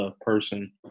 person